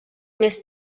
més